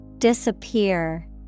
Disappear